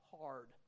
hard